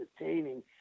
entertaining